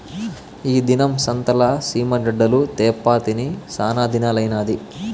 ఈ దినం సంతల సీమ గడ్డలు తేప్పా తిని సానాదినాలైనాది